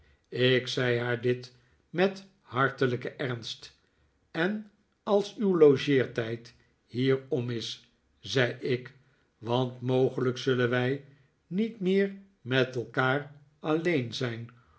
ik zei haar dit met hartelijken ernst en als uw logeertijd hier om is zei ik want mogelijk zullen wij niet meer met elkaar alleen zijn